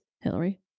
Hillary